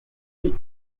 the